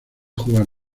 jugar